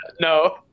No